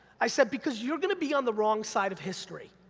i said, because you're gonna be on the wrong side of history.